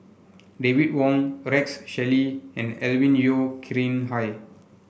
David Wong Rex Shelley and Alvin Yeo Khirn Hai